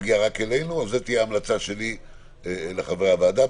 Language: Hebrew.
זו תהיה המלצתי לחברי הוועדה.